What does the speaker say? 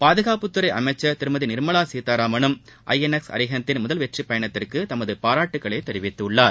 பாதுகாப்புத்துறை அமைச்சர் திருமதி நிர்மலா சீதாராமனும் ஐ என் எஸ் அரிஹந்த் தின் முதல் வெற்றி பயணத்திற்கு தமது பாராட்டுக்களை தெரிவித்துள்ளார்